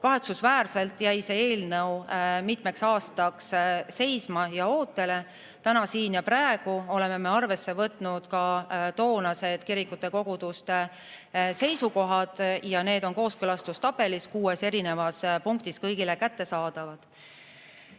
Kahetsusväärselt jäi see eelnõu mitmeks aastaks seisma ja ootele. Siin ja praegu oleme arvesse võtnud ka toonased kirikute ja koguduste seisukohad. Need on kooskõlastustabeli kuues punktis kõigile kättesaadavad.